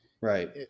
Right